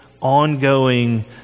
ongoing